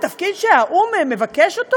בתפקיד שהאו"ם מבקש אותו,